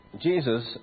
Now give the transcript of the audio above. Jesus